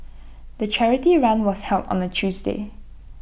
the charity run was held on A Tuesday